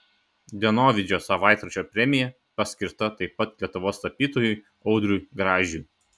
dienovidžio savaitraščio premija paskirta taip pat lietuvos tapytojui audriui gražiui